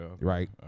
right